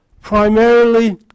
Primarily